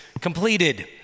completed